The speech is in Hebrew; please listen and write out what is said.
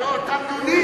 לא לא, תמנונים.